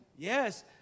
Yes